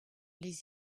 les